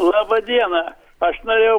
laba diena aš norėjau